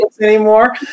anymore